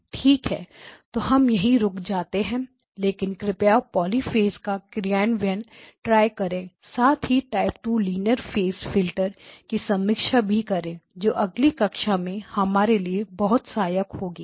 ठीक है तो हम यहीं रुक जाते हैं लेकिन कृपया पॉलिफेज का क्रियान्वयन ट्राई करें साथ ही टाइप 2 लीनियर फेस फिल्टर की समीक्षा भी करें जो अगली कक्षा में हमारे लिए बहुत सहायक होगा